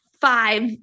five